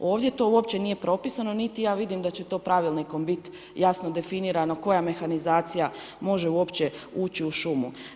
Ovdje to uopće nije propisano niti ja vidim da će to pravilnikom biti jasno definirano koja mehanizacija može uopće ući u šumu.